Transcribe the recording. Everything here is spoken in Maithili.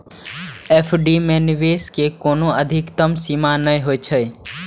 एफ.डी मे निवेश के कोनो अधिकतम सीमा नै होइ छै